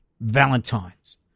valentine's